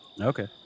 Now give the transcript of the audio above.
Okay